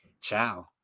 Ciao